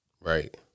Right